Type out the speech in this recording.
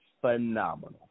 phenomenal